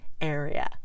area